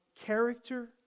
character